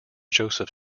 joseph